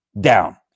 down